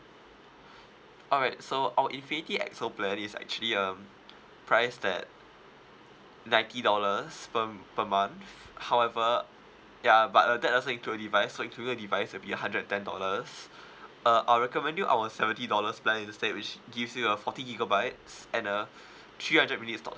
alright so our infinity X_O plan is actually um priced at ninety dollars per per month however ya but uh that also include a device so include the device it'll be a hundred and ten dollars uh I'll recommend you our seventy dollars plan instead which gives you uh forty gigabytes and uh three hundred minutes talk